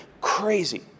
crazy